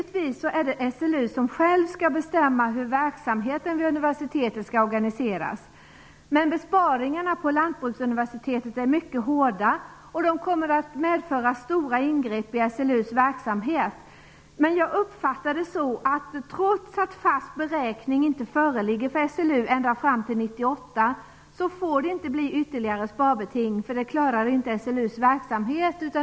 Givetvis skall SLU själv bestämma hur verksamheten vid universitetet skall organiseras. Besparingarna på Lantbruksuniversitetet är mycket hårda. De kommer att medföra stora ingrepp i SLU:s verksamhet. Jag uppfattar det så att trots att fast beräkning inte föreligger för SLU ända fram till 1998, får det inte bli ytterligare sparbeting. Det klarar inte SLU:s verksamhet.